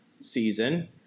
season